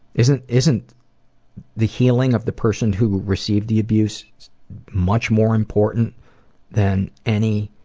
isn't isn't the healing of the person who received the abuse much more important than any